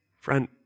Friend